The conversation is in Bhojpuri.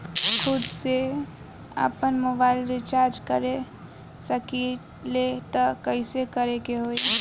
खुद से आपनमोबाइल रीचार्ज कर सकिले त कइसे करे के होई?